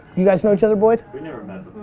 you guys know each other, boyd? we never met